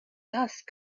dust